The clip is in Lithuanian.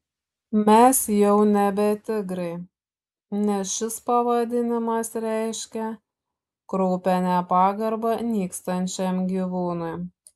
mes jau nebe tigrai nes šis pavadinimas reiškia kraupią nepagarbą nykstančiam gyvūnui